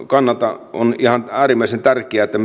kannalta on äärimmäisen tärkeää että